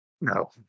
No